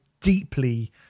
deeply